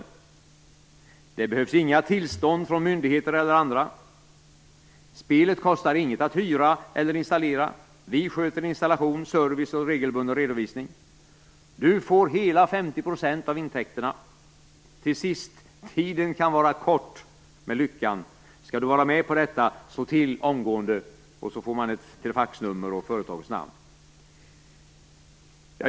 Det behövs inga tillstånd från myndigheter eller andra. Spelet kostar inget att hyra eller installera. Vi sköter installation, service och regelbunden redovisning. Du får hela 50 % av intäkterna. Till sist: tiden kan vara kort med lyckan. Ska du vara med på detta - slå till omgående!" Så får man ett telefaxnummer och företagsnamn.